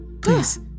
please